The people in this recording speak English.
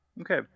Okay